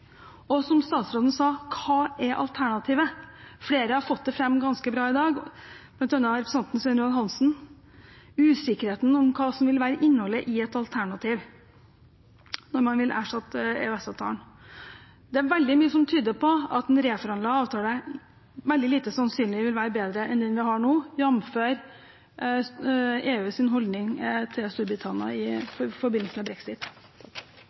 og som statsråden sa: Hva er alternativet? Flere har fått det fram ganske bra i dag, bl.a. representanten Svein Roald Hansen – usikkerheten om hva som vil være innholdet i et alternativ, når man vil erstatte EØS-avtalen. Det er veldig mye som tyder på at det er veldig lite sannsynlig at en reforhandlet avtale vil være bedre enn den vi har nå, jamfør EUs holdning til Storbritannia i forbindelse med brexit.